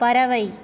பறவை